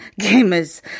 gamers